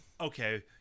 okay